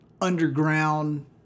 underground